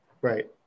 Right